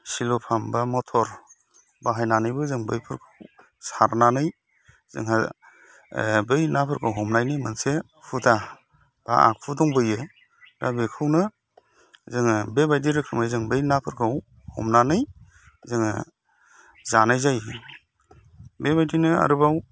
सिल' फाम बा मथर बाहायनानैबो जों बैफोरखौ सारनानै जोंहा बै नाफोरखौ हमनायनि मोनसे हुदा बा आखु दंबोयो दा बेखौनो जोङो बेबायदि रोखोमै जों बै नाफोरखौ हमनानै जोङो जानाय जायो बेबायदिनो आरोबाव